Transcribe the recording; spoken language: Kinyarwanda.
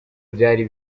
byari